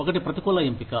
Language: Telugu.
ఒకటి ప్రతికూల ఎంపిక